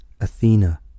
Athena